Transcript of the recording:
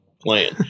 playing